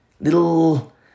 Little